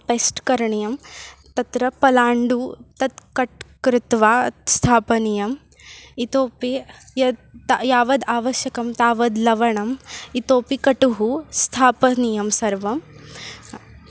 paste करणीयं तत्र पलाण्डुं तत् कट् कृत्वा स्थापनीयम् इतोपि यत् यावत् आवश्यकं तावद् लवणम् इतोपि कटुः स्थापनीयं सर्वम्